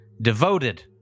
devoted